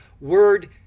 word